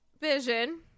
vision